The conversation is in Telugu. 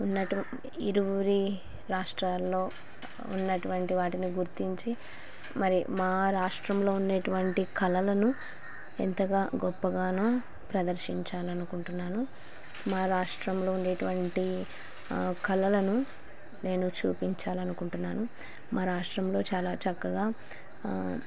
ఉన్నటు ఇరువురి రాష్ట్రాల్లో ఉన్నటువంటి వాటిని గుర్తించి మరి మా రాష్ట్రంలో ఉన్నటువంటి కళలను ఎంతగా గొప్పగానో ప్రదర్శించాలి అనుకుంటున్నాను మా రాష్ట్రంలో ఉండేటువంటి కళలను నేను చూపించాలి అనుకుంటున్నాను మా రాష్ట్రంలో చాలా చక్కగా